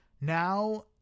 Now